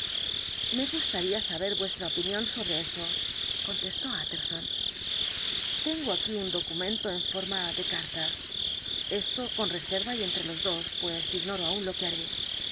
me gustaría saber vuestra opinión sobre eso contestó utterson tengo aquí un documento en forma de carta esto con reserva y entre los dos pues ignoro aún lo que haré